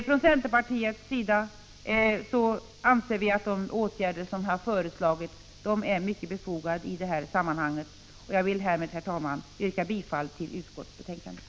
Från centerpartiets sida anser vi att de åtgärder som har föreslagits är mycket befogade, och jag vill härmed, herr talman, yrka bifall till utskottets hemställan.